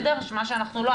מה שאנחנו לא,